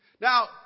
Now